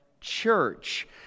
church